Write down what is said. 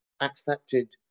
accepted